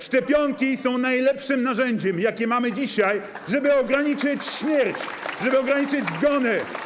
Szczepionki są najlepszym narzędziem, jakie mamy dzisiaj, żeby ograniczyć śmierć, żeby ograniczyć zgony.